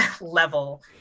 level